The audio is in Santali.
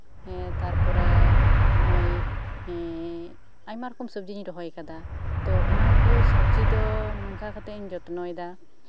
ᱦᱮᱸ ᱛᱟᱨᱯᱚᱨᱮ ᱟᱭᱢᱟ ᱨᱚᱠᱚᱢ ᱥᱚᱵᱡᱤᱧ ᱨᱚᱦᱚᱭ ᱠᱟᱫᱟ ᱛᱳ ᱚᱱᱟ ᱠᱚ ᱥᱚᱵᱡᱤ ᱫᱚ ᱱᱚᱝᱠᱟ ᱠᱟᱛᱮᱜ ᱤᱧ ᱡᱚᱛᱱᱚᱭᱮᱫᱟ